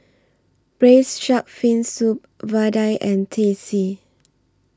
Braised Shark Fin Soup Vadai and Teh C